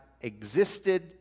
existed